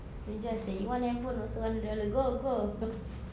you just say you want handphone also one hundred dollar go go